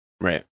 Right